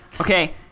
Okay